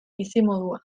bizimodua